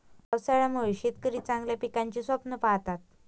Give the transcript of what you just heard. पावसाळ्यामुळे शेतकरी चांगल्या पिकाचे स्वप्न पाहतात